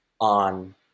on